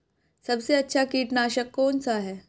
सबसे अच्छा कीटनाशक कौन सा है?